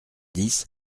dix